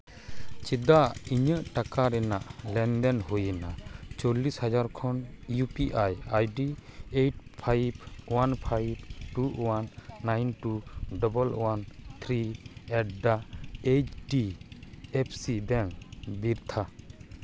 ᱪᱮᱫᱟᱜ ᱤᱧᱟᱹᱜ ᱴᱟᱠᱟ ᱨᱮᱱᱟᱜ ᱞᱮᱱᱫᱮᱱ ᱦᱩᱭ ᱮᱱᱟ ᱪᱚᱞᱞᱤᱥ ᱦᱟᱡᱟᱨ ᱠᱷᱚᱱ U P I ID eight five one five two one nine two double one three at the H D F C bank ᱵᱤᱨᱛᱷᱟ